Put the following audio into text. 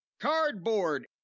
cardboard